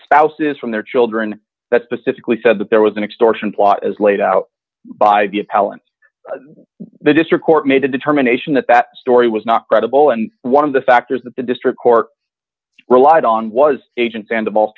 spouses from their children that specifically said that there was an extortion plot as laid out by the appellant the district court made a determination that that story was not credible and one of the factors that the district court relied on was agents and the ball